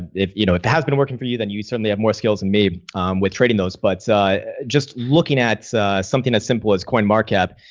if you know if it has been working for you, then you certainly have more skills than and me with trading those, but just looking at something as simple as coinmarketcap,